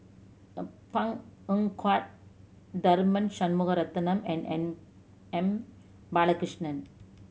Png Eng Huat Tharman Shanmugaratnam and M M Balakrishnan